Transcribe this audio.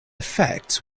effects